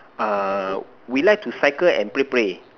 err we like to cycle and play play